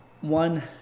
One